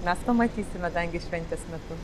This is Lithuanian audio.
mes pamatysime dangės šventės metu